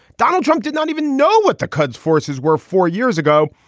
donald trump did not even know what the cuds forces were four years ago.